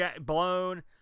blown